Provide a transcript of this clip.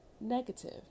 negative